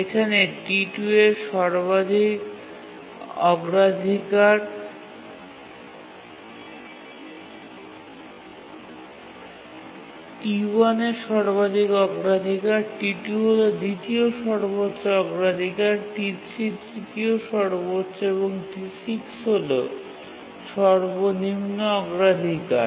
এখানে T1 এর সর্বাধিক অগ্রাধিকার T2 হল দ্বিতীয় সর্বোচ্চ অগ্রাধিকার T3 তৃতীয় সর্বোচ্চ এবং T6 হল সর্বনিম্ন অগ্রাধিকার